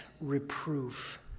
reproof